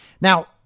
Now